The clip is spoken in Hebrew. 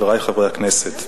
חברי חברי הכנסת,